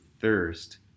thirst